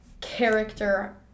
character